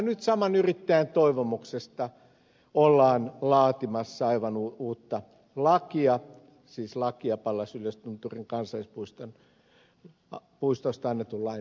nyt saman yrittäjän toivomuksesta ollaan laatimassa aivan uutta lakia siis lakia pallas yllästunturin kansallispuistosta annetun lain muuttamisesta